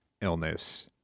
illness